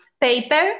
paper